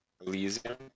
Elysium